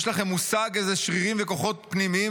יש לכם מושג איזה שרירים וכוחות פנימיים